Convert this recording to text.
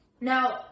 now